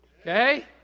Okay